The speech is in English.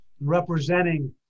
representing